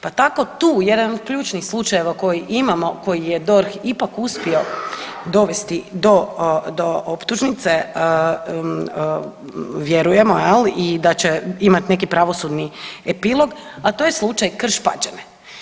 Pa tako tu jedan od ključnih slučajeva koje imamo koji je DORH ipak uspio dovesti do, do optužnice vjerujemo jel i da će imat neki pravosudni epilog, a to je slučaj Krš-Pađene.